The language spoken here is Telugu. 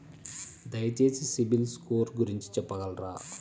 దయచేసి సిబిల్ స్కోర్ గురించి చెప్పగలరా?